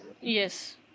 Yes